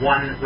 One